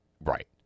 Right